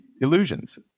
illusions